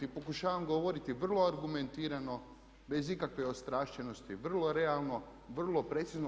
I pokušavam govoriti vrlo argumentirano, bez ikakve ostrašćenosti vrlo realno, vrlo precizno.